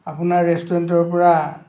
আপোনাৰ ৰেষ্টুৰেণ্টৰ পৰা